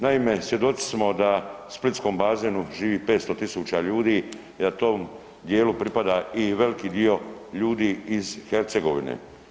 Naime, svjedoci smo da u splitskom bazenu živi 500.000 ljudi i da tom dijelu pripada i veliki dio ljudi iz Hercegovine.